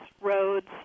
roads